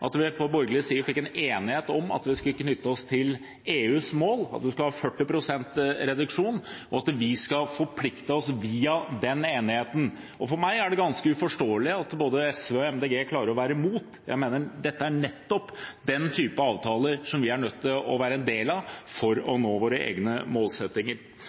at vi på borgerlig side ble enige om at vi skulle knytte oss til EUs mål, at vi skulle ha 40 pst. reduksjon, og at vi skal forplikte oss via den enigheten. For meg er det ganske uforståelig at både SV og MDG klarer å være imot. Jeg mener dette er nettopp den typen avtaler som vi er nødt til å være en del av for å nå våre egne målsettinger.